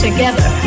Together